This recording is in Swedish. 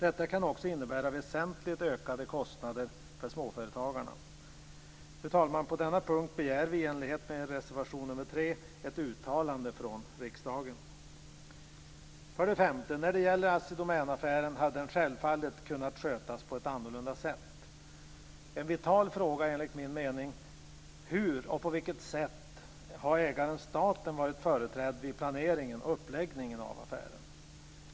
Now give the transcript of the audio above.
Detta kan också innebära väsentligt ökade kostnader för småföretagarna. Fru talman! På denna punkt begär vi i enlighet med reservation nr 3 ett uttalande från riksdagen. 5. Assi Domän-affären hade självfallet kunnat skötas på ett annorlunda sätt. En vital fråga är enligt min mening: Hur och på vilket sätt har ägaren staten varit företrädd vid planeringen och uppläggningen av affären?